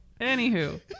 anywho